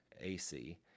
AC